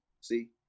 See